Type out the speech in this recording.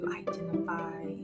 identify